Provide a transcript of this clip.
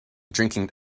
drinking